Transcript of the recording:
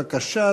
בבקשה,